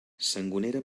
sangonera